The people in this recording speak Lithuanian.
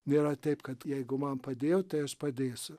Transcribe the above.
nėra taip kad jeigu man padėjot tai aš padėsiu